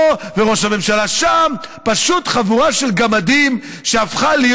וגם לחברת הכנסת ברקו: מה תגידו